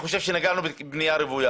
נגענו בבנייה רוויה